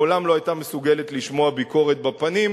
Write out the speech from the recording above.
מעולם לא היתה מסוגלת לשמוע ביקורת בפנים,